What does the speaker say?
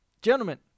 Gentlemen